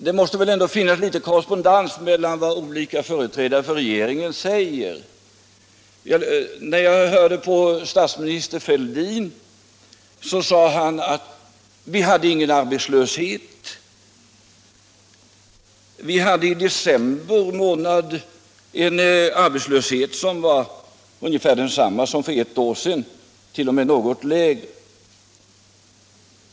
Det måste väl ändå finnas någon korrespondens mellan vad olika företrädare för regeringen säger. När jag hörde på statsminister Fälldin sade han, att vi inte hade någon arbetslöshet. Vi hade i december månad en arbetslöshet som var ungefär densamma som för ett år sedan, t. 0. m. något lägre.